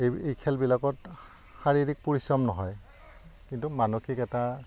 এই এই খেলবিলাকত শাৰীৰিক পৰিশ্ৰম নহয় কিন্তু মানসিক এটা